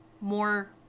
more